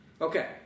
Okay